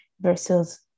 versus